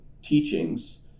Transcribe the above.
teachings